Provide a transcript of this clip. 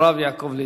הרב יעקב ליצמן.